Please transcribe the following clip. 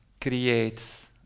creates